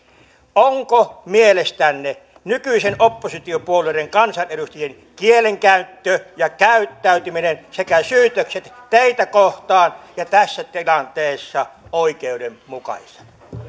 ovatko mielestänne nykyisten oppositiopuolueiden kansanedustajien kielenkäyttö ja käyttäytyminen sekä syytökset teitä kohtaan ja tässä tilanteessa oikeudenmukaisia